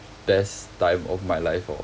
best time of my life lor